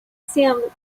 seemed